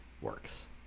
works